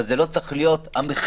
אבל זה לא צריך להיות המכשול.